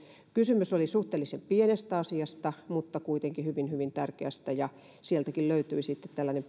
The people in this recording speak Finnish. kysymys oli suhteellisen pienestä mutta kuitenkin hyvin hyvin tärkeästä asiasta ja sieltäkin löytyi sitten tällainen